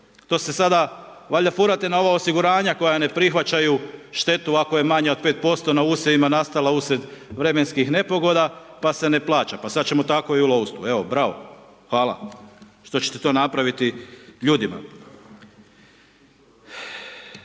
To se sada valjda furate na ova osiguranja koja ne prihvaćaju štetu ako je manja od 5% na usjevima nastala uslijed vremenskih nepogoda, pa se ne plaća, pa sad ćemo tako i u lovstvu. Evo, bravo. Hvala, što ćete to napraviti ljudima.